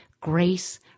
grace